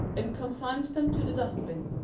and consign them to the dustbin.